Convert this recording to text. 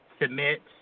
submit